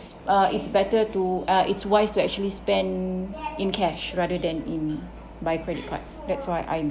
it's uh it's better to uh it's wise to actually spend in cash rather than in by credit card that's what I